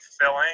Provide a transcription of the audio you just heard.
filling